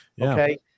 okay